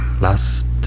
last